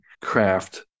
craft